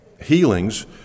healings